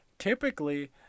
Typically